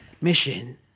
mission